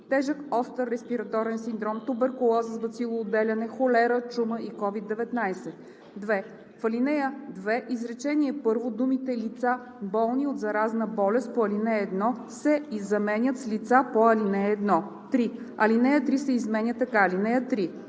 тежък остър респираторен синдром, туберкулоза с бацилоотделяне, холера, чума и COVID-19.“ 2. В ал. 2, изречение първо думите „лица, болни от заразна болест по ал. 1“ се заменят с „лицата по ал. 1“. 3. Алинея 3 се изменя така: „(3)